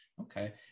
okay